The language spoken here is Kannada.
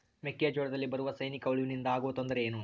ಮೆಕ್ಕೆಜೋಳದಲ್ಲಿ ಬರುವ ಸೈನಿಕಹುಳುವಿನಿಂದ ಆಗುವ ತೊಂದರೆ ಏನು?